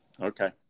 Okay